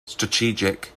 strategic